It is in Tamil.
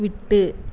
விட்டு